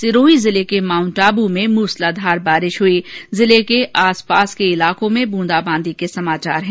सिरोही जिले के माउंट आवू में मूसलाधार बारिश हुई जबकि आस पास के इलाको में बूंदाबादी के समाचार हैं